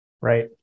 Right